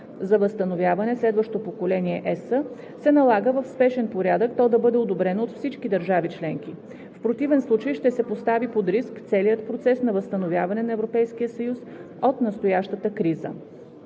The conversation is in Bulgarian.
за възстановяване „Следващо поколение ЕС“, се налага в спешен порядък то да бъде одобрено от всички държави членки. В противен случай ще се постави под риск целият процес на възстановяване на Европейския съюз от настоящата криза.